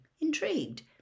intrigued